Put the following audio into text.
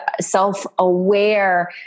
self-aware